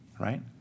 Right